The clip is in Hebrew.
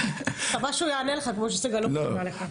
מקווה שהוא יענה לך כמו שסגלוביץ' ענה לך.